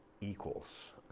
equals